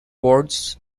words